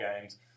games